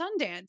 Sundance